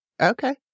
okay